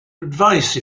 advice